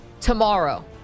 tomorrow